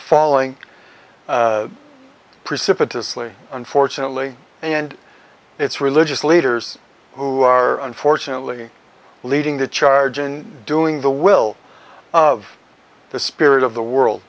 falling precipitously unfortunately and it's religious leaders who are unfortunately leading the charge in doing the will of the spirit of the world